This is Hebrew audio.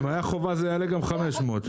אם הייתה חובה זה יכול לעלות גם 500 שקל.